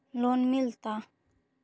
Loan मिलता?